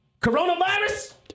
Coronavirus